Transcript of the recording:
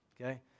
okay